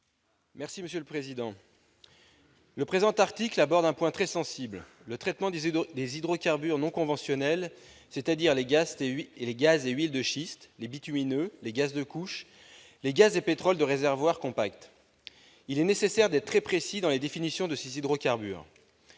Gontard, sur l'article. Le présent article aborde un point très sensible : le traitement des hydrocarbures non conventionnels, c'est-à-dire les gaz et huiles de schiste, les bitumeux, les gaz de couche, les gaz et pétrole de réservoir compact. Il est nécessaire d'être très précis dans la définition de ces hydrocarbures.